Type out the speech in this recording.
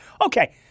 Okay